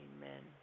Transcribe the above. amen